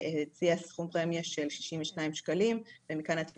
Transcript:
שהציע סכום פרמיה של 62 ₪ ומכאן בעצם